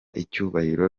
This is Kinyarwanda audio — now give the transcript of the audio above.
icyubahiro